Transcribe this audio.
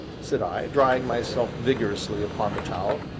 said i, drying myself vigorously upon the towel.